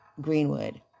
Greenwood